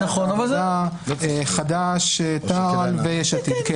-- חד"ש תע"ל ויש עתיד.